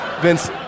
Vince